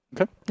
Okay